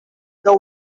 the